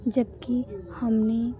जबकि हमने